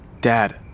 Dad